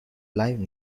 live